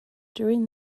during